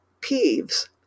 peeves